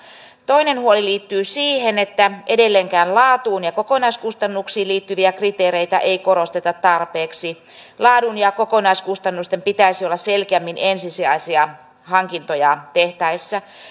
toinen huoli liittyy siihen että edelleenkään laatuun ja kokonaiskustannuksiin liittyviä kriteereitä ei korosteta tarpeeksi laadun ja kokonaiskustannusten pitäisi olla selkeämmin ensisijaisia hankintoja tehtäessä